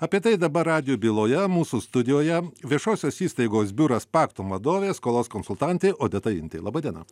apie tai dabar radijo byloje mūsų studijoje viešosios įstaigos biuras pactum vadovė skolos konsultantė odeta intė laba diena